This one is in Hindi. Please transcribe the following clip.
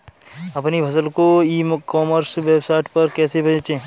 अपनी फसल को ई कॉमर्स वेबसाइट पर कैसे बेचें?